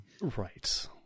Right